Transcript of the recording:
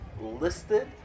listed